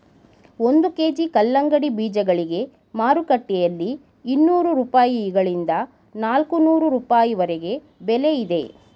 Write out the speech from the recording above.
ಒಂದು ಕೆ.ಜಿ ಕಲ್ಲಂಗಡಿ ಬೀಜಗಳಿಗೆ ಮಾರುಕಟ್ಟೆಯಲ್ಲಿ ಇನ್ನೂರು ರೂಪಾಯಿಗಳಿಂದ ನಾಲ್ಕನೂರು ರೂಪಾಯಿವರೆಗೆ ಬೆಲೆ ಇದೆ